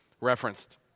referenced